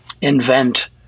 invent